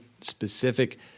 specific